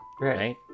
right